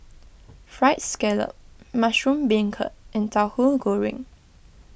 Fried Scallop Mushroom Beancurd and Tauhu Goreng